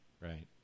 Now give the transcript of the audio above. Right